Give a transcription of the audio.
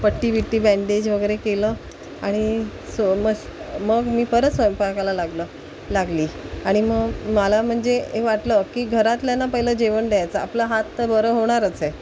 पट्टी वीट्टी बँडेज वगैरे केलं आणि सो मस् मग मी परत स्वयंपाकाला लागलं लागली आणि मग मला म्हणजे वाटलं की घरातल्यांना पहिलं जेवण द्यायचं आपलं हात तर बरं होणारच आहे